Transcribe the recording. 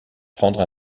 prendre